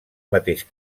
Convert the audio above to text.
mateix